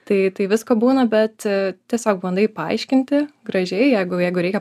tai tai visko būna bet tiesiog bandai paaiškinti gražiai jeigu jeigu reikia